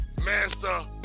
Master